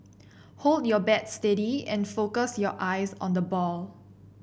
hold your bat steady and focus your eyes on the ball